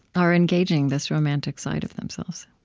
are engaging this romantic side of themselves